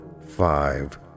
five